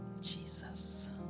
Jesus